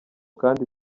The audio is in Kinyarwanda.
kandi